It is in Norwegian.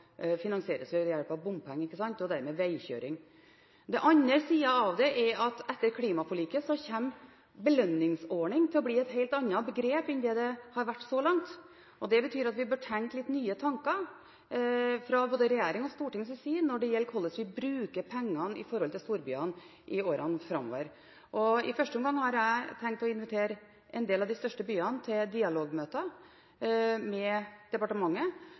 etter klimaforliket kommer «belønningsordning» til å bli et helt annet begrep enn det det har vært så langt. Det betyr at vi bør tenke nye tanker fra både regjeringens og Stortingets side når det gjelder hvordan vi bruker pengene i storbyene i årene framover. I første omgang har jeg tenkt å invitere en del av de største byene til dialogmøter med departementet,